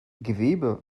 gewebe